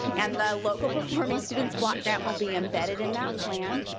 and the local performing students block grant will be embedded in that plan.